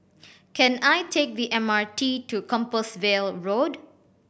can I take the M R T to Compassvale Road